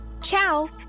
ciao